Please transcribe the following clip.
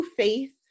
Faith